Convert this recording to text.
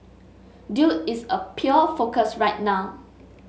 dude is a pure focus right now